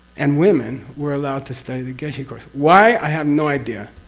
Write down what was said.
and women, were allowed to study the geshe course. why? i have no idea.